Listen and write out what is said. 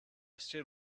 still